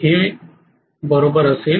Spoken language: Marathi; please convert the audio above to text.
05Eb असेल